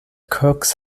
cooks